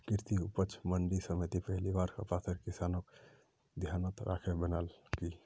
कृषि उपज मंडी समिति पहली बार कपासेर किसानक ध्यानत राखे बनैयाल की